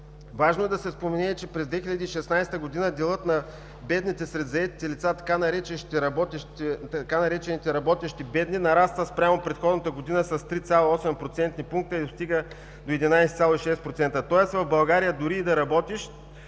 Важно е да се спомене, че през 2016 г. делът на бедните сред заетите лица – така наречените „работещи бедни“, нараства спрямо предходната година с 3,8% пункта и достига до 11,6%. Тоест в България дори и да работиш,